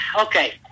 okay